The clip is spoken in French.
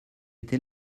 étais